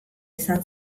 izan